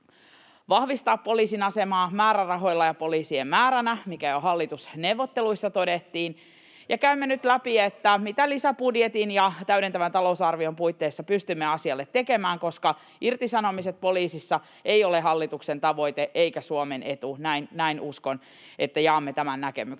vahvistaa poliisin asemaa määrärahoilla ja poliisien määränä, mikä jo hallitusneuvotteluissa todettiin, [Petri Huru: Entäs pelastustoimi?] ja käymme nyt läpi, mitä lisäbudjetin ja täydentävän talousarvion puitteissa pystymme asialle tekemään, koska irtisanomiset poliisissa eivät ole hallituksen tavoite eivätkä Suomen etu. Uskon, että jaamme tämän näkemyksen